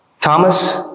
Thomas